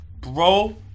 bro